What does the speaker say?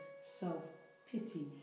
self-pity